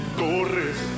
torres